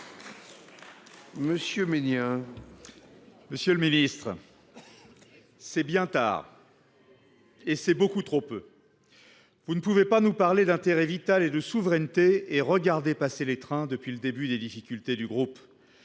Monsieur le ministre, c’est bien tard et c’est beaucoup trop peu ! Vous ne pouvez pas nous parler d’intérêt vital et de souveraineté et regarder passer les trains depuis le début des difficultés du groupe.